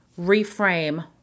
reframe